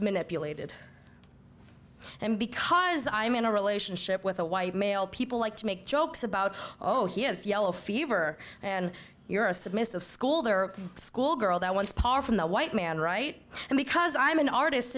manipulated and because i'm in a relationship with a white male people like to make jokes about oh he has yellow fever and you're a submissive school the school girl that wants power from the white man right and because i'm an artist